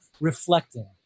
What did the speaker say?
reflecting